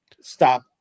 Stop